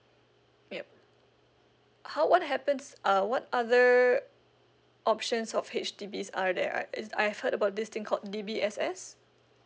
yup how what happens uh what other options of H_D_B are there are I've heard about this thing called D_B_S_S